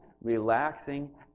relaxing